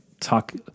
talk